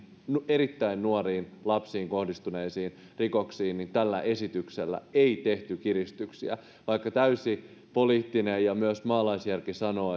erittäin nuoriin lapsiin kohdistuneisiin rikoksiin tällä esityksellä ei tehty kiristyksiä vaikka täysi poliittinen ja myös maalaisjärki sanoo